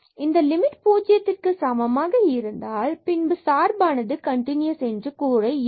இந்த லிமிட் பூஜ்ஜியத்திற்க்கு சமமாக இருந்தால் பின்பு நம்மால் சார்பானது கண்டினுஸ் என்று கூற இயலும்